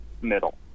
middle